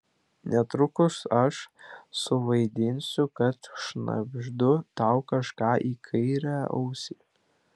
netrukus aš suvaidinsiu kad šnabždu tau kažką į kairę ausį